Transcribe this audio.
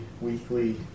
weekly